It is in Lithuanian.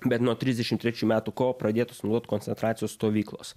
bet nuo trisdešim trečių metų kovo pradėtos naudot koncentracijos stovyklos